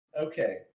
Okay